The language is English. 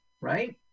right